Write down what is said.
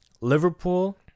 Liverpool